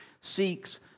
seeks